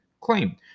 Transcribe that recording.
claim